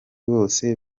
bose